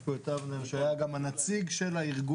יש פה את אבנר שהיה גם הנציג של הארגון.